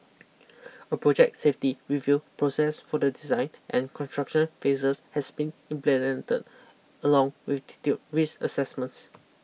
a project safety review process for the design and construction phases has been implemented along with detailed risk assessments